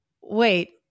wait